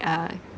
uh